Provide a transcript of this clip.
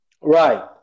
Right